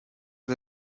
the